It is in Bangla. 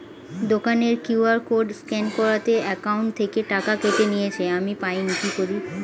দোকানের কিউ.আর কোড স্ক্যান করাতে অ্যাকাউন্ট থেকে টাকা কেটে নিয়েছে, আমি পাইনি কি করি?